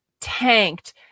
tanked